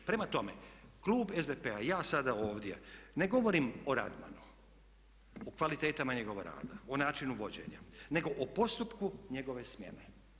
Prema tome, klub SDP-a i ja sada ovdje ne govorim o Radmanu, o kvalitetama njegova rada, o načinu vođenja nego o postupku njegove smjene.